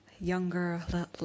younger